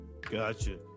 Gotcha